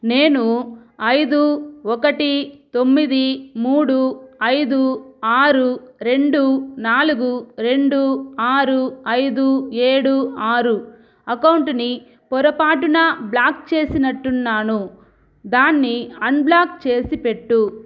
నేను ఐదు ఒకటి తొమ్మిది మూడు ఐదు ఆరు రెండు నాలుగు రెండు ఆరు ఐదు ఏడు ఆరు అకౌంట్ని పొరపాటున బ్లాక్ చేసినట్టున్నాను దాన్ని అన్బ్లాక్ చేసిపెట్టు